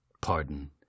pardon